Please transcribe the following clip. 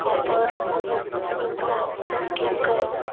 ଖବର୍ ପ୍ରାସଙ୍ଗିକ